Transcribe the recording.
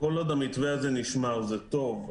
כל עוד המתווה הזה נשמר זה טוב.